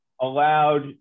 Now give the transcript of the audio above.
allowed